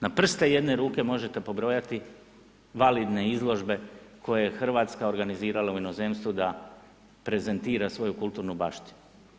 Na prste jedne ruke možete pobrojati validne izložbe koje je Hrvatska organizirala u inozemstvu da prezentira svoju kulturnu baštinu.